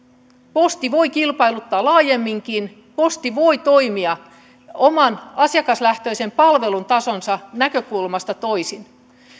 posti voi kilpailuttaa laajemminkin posti voi toimia oman asiakaslähtöisen palvelutasonsa näkökulmasta toisin